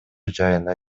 жайына